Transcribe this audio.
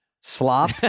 Slop